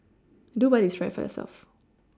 do what is right for yourself